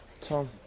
Tom